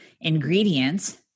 ingredients